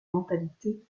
mentalités